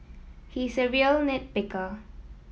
he is a real nit picker